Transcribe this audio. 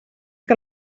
que